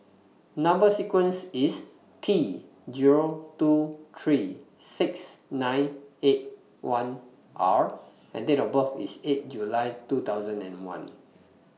Number sequence IS T Zero two three six nine eight one R and Date of birth IS eight July two thousand and one